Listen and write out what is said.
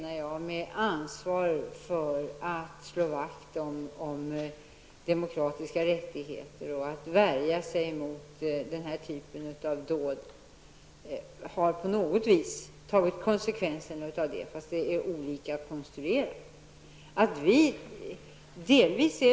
Alla länder som vill slå vakt om demokratiska rättigheter och värja sig mot terroristdåd har på sitt sätt tagit konsekvenserna av detta, men deras konstruktioner är olika.